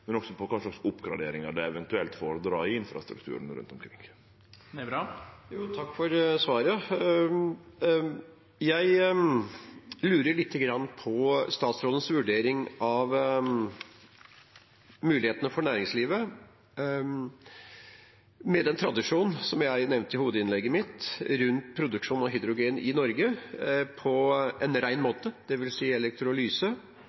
men også med tanke på kva for oppgraderingar det eventuelt fordrar i infrastrukturen rundt omkring. Takk for svaret. Jeg lurer lite grann på statsrådens vurdering av mulighetene for næringslivet, med tradisjon – som jeg nevnte i hovedinnlegget mitt – for produksjon av hydrogen i Norge på en